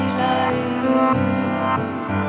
life